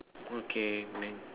okay